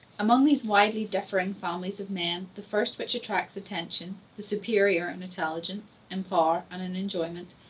amongst these widely differing families of men, the first which attracts attention, the superior in intelligence, in power and in enjoyment,